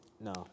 No